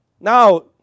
Now